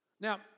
Now